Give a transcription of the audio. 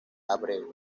abreu